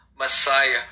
Messiah